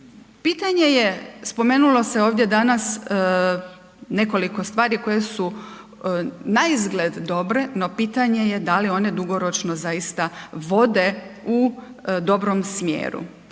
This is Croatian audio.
Pitanje je, spomenulo se ovdje danas nekoliko stvari koje su naizgled dobre, no pitanje da li one dugoročno zaista vode u dobrom smjeru,